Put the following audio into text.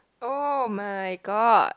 [oh]-my-god